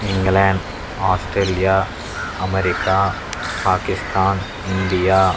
England Australia America Pakistan India